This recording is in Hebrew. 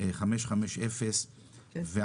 היושב-ראש התייחס אליו,